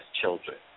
children